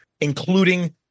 including